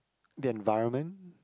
the environment